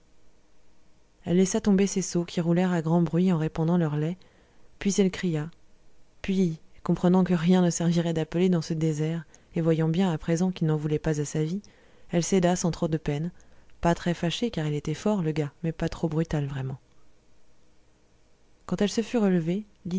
elle laissa tomber ses seaux qui roulèrent à grand bruit en répandant leur lait puis elle cria puis comprenant que rien ne servirait d'appeler dans ce désert et voyant bien à présent qu'il n'en voulait pas à sa vie elle céda sans trop de peine pas très fâchée car il était fort le gars mais par trop brutal vraiment quand elle se fut relevée